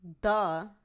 duh